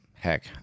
Heck